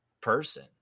person